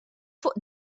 fuq